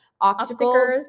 obstacles